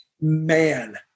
Man